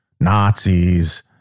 Nazis